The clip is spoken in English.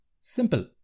Simple